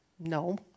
No